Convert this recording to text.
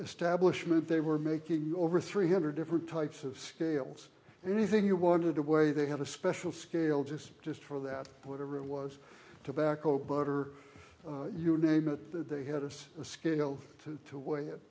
establishment they were making over three hundred different types of scales anything you wanted to weigh they had a special scale just just for that whatever it was tobacco butter you name it they had us a scale to weigh it